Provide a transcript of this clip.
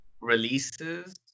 releases